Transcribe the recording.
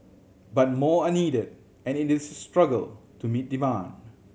but more are needed and it is a struggle to meet demand